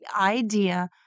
idea